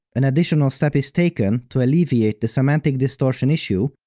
an additional step is taken to alleviate the semantic distortion issue,